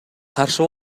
каршы